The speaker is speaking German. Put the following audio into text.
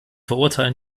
verurteilen